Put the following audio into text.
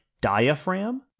diaphragm